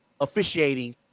officiating